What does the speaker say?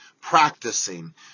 practicing